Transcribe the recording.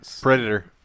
Predator